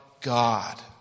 God